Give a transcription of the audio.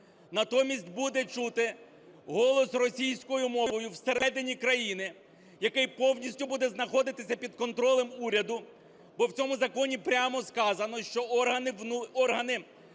натомість буде чути голос російською мовою всередині країни, який повністю буде знаходитися під контролем уряду, бо в цьому законі прямо сказано, що органи урядові